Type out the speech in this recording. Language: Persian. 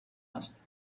است